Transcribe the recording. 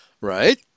Right